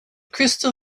crystal